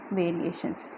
variations